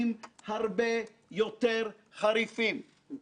גם בעולם של הבנקאות וגם בעולם של הרגולציה,